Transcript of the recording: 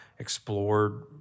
explored